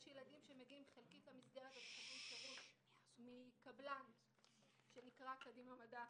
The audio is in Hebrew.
יש ילדים שמגיעים חלקית למסגרת ומקבלים שירות מקבלן שנקרא "קדימה מדע",